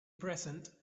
present